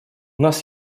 нас